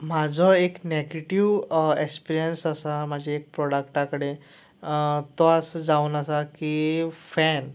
म्हजो एक negative experience आसा म्हजी एक प्रॉडक्टा कडेन तो आसा जावन आसा की फॅन